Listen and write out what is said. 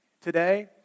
today